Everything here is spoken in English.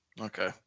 Okay